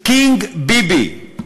קינג ביבי.